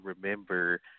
remember